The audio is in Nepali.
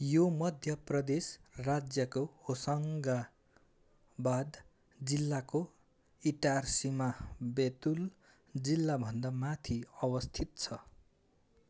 यो मध्य प्रदेश राज्यको होसङ्गाबाद जिल्लाको इटारसीमा बेतुल जिल्लाभन्दा माथि अवस्थित छ